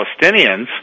Palestinians